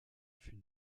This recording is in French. fut